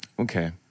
Okay